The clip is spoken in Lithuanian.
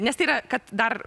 nes tai yra kad dar